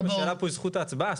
השאלה פה היא זכות ההצבעה.